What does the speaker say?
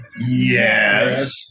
Yes